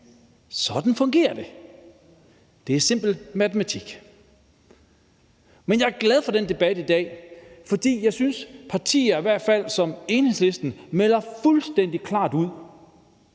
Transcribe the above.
Sådan fungerer det; det er simpel matematik. Men jeg er glad for den her debat i dag, for jeg synes, at partierne, i hvert fald partier som Enhedslisten, melder fuldstændig klart ud: